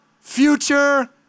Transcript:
future